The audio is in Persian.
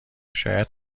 شاید